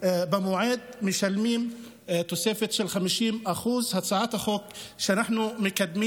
במועד משלמים תוספת של 50%. הצעת החוק שאנחנו מקדמים